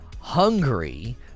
hungry